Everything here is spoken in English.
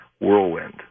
whirlwind